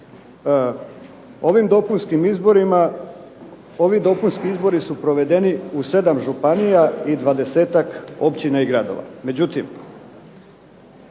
Ovim dopunskim izborima, ovi dopunski izbori su provedeni u sedam županija i 20-ak općina i gradova.